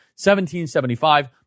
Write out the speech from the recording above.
1775